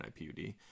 IPUD